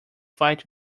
fight